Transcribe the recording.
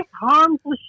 harmful